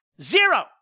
Zero